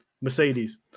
Mercedes